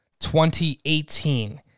2018